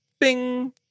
bing